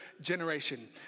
generation